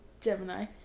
Gemini